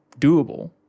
doable